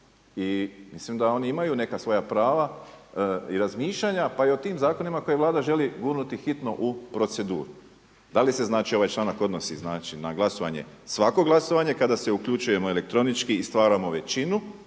I mislim da oni imaju neka svoja prava i razmišljanja, pa i o tim zakonima koje Vlada želi gurnuti hitno u proceduru. Da li se znači ovaj članak, znači odnosi na glasovanje, svako glasovanje kada se uključujemo elektronički i stvaramo većinu